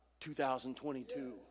2022